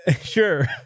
Sure